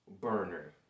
burner